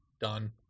done